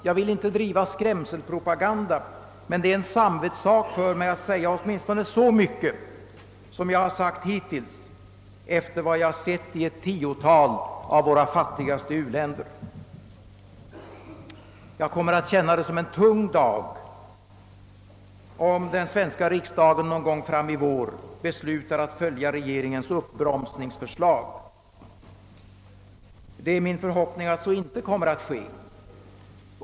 Jag vill inte driva skrämselpropaganda, men det är en samvetssak för mig att säga åtminstone så mycket som jag har sagt hittills, efter vad jag sett i ett tiotal av våra fattigaste u-länder. Jag kommer att känna det som en tung dag om den svenska riksdagen någon gång fram i vår beslutar att följa regeringens uppbromsningsförslag. Det är min förhoppning att så inte kommer att ske.